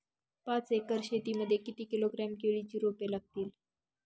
पाच एकर शेती मध्ये किती किलोग्रॅम केळीची रोपे लागतील?